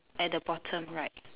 at the bottom right